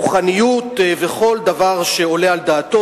רוחניות וכל דבר שעולה על דעתו.